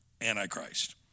Antichrist